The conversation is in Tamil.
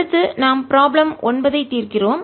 அடுத்து நாம் ப்ராப்ளம் 9 ஐ தீர்க்கிறோம்